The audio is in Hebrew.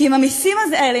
כי עם המסים האלה,